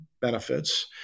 benefits